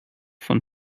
von